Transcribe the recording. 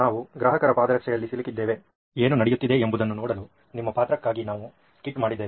ನಾವು ಗ್ರಾಹಕರ ಪಾದರಕ್ಷೆಯಲ್ಲಿ ಸಿಲುಕಿದ್ದೇವೆ ಏನು ನಡೆಯುತ್ತಿದೆ ಎಂಬುದನ್ನು ನೋಡಲು ನಿಮ್ಮ ಪಾತ್ರಕ್ಕಾಗಿ ನಾವು ಸ್ಕಿಟ್ ಮಾಡಿದ್ದೇವೆ